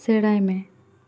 ᱥᱮᱬᱟᱭ ᱢᱮ